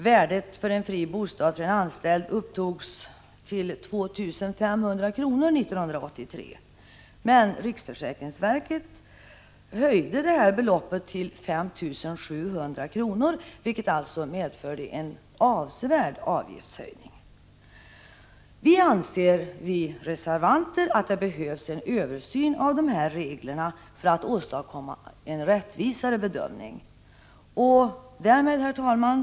Värdet av fri bostad för en anställd upptogs 1983 till 2 500 kr., men riksförsäkringsverket höjde detta belopp till 5 700 kr., vilket alltså medförde en avsevärd avgiftsökning. Vi reservanter anser att det behövs en översyn av reglerna för att åstadkomma en rättvisare bedömning. Herr talman!